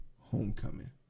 homecoming